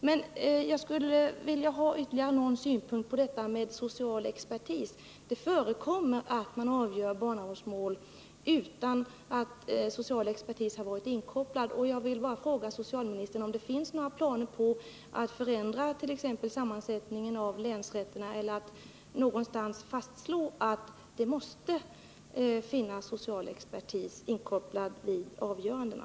Men jag skulle vilja ha ytterligare någon synpunkt på frågan om social expertis. Det förekommer att man avgör barnavårdsmål utan att social expertis varit inkopplad. Jag vill bara fråga socialministern om det finns några planer på att förändra sammansättningen av länsrätterna eller att någonstans fastslå att social expertis måste inkopplas vid avgörandena.